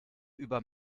über